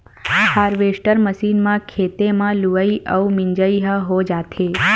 harvester machine म खेते म लुवई अउ मिजई ह हो जाथे